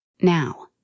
Now